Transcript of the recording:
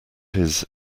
his